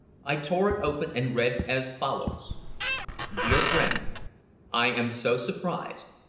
i tore it open and read as follows dear friend i am so surprised.